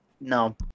no